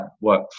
work